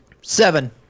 seven